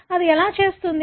అది ఎలా చేస్తుంది